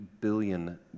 billion